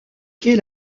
quais